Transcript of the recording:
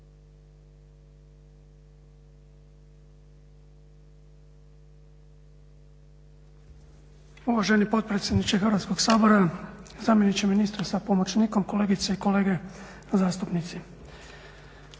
Uvaženi potpredsjedniče Hrvatskog sabora, zamjeniče ministra sa pomoćnikom, kolegice i kolege zastupnici.